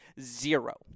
zero